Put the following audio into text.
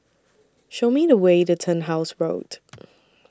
Show Me The Way The Turnhouse Road